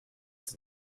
its